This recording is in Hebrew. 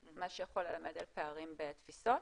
מה שיכול ללמוד על פערים בתפיסות.